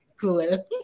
Cool